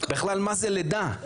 בכלל מה זה לידה,